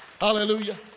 Hallelujah